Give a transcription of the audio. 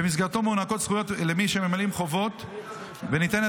שבמסגרתו מוענקות זכויות למי שממלאים חובות וניתנת